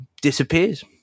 disappears